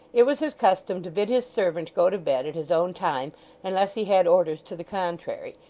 it was his custom to bid his servant go to bed at his own time unless he had orders to the contrary,